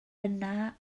yna